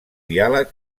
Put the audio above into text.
diàleg